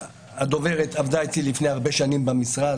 הדוברת עבדה איתי לפני הרבה שנים במשרד,